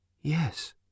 Yes